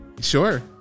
Sure